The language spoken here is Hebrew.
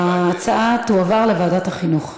ההצעות תועברנה לוועדת החינוך.